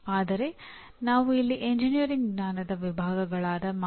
ಸಾಹಿತ್ಯದಿಂದ ನಾವು ಈ ಕೆಳಗಿನ ಪದಗಳನ್ನು ಬಳಸಿದ್ದೇವೆ